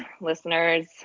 listeners